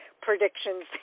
predictions